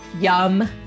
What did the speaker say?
yum